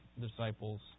disciples